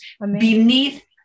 beneath